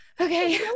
Okay